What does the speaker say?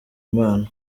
imana